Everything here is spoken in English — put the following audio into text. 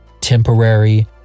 temporary